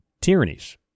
tyrannies